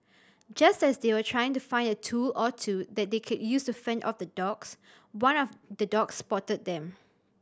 just as they were trying to find a tool or two that they could use to fend off the dogs one of the dogs spotted them